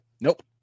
nope